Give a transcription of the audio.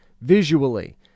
visually